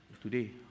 today